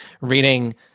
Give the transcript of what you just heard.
reading